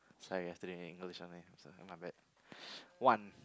sorry i have to do it in English only I'm so my bad one